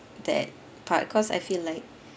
that part cause I feel like